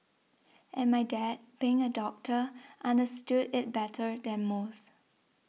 and my dad being a doctor understood it better than most